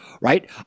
right